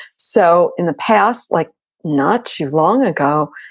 so in the past, like not too long ago,